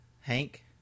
Hank